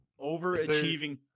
Overachieving